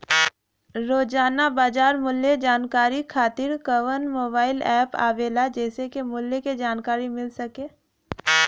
रोजाना बाजार मूल्य जानकारी खातीर कवन मोबाइल ऐप आवेला जेसे के मूल्य क जानकारी मिल सके?